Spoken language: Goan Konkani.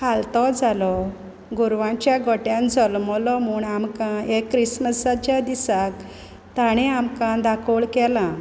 खालतो जालो गोरवांच्या गोट्यान जल्मलो म्हूण आमकां ह्या क्रिसमसाच्या दिसा ताणें आमकां दाकोळ केलां